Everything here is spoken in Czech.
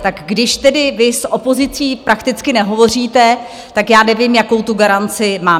Tak když tedy vy s opozicí prakticky nehovoříte, tak já nevím, jakou tu garanci mám.